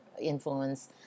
influence